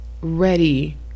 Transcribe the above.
ready